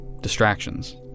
Distractions